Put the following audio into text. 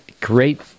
great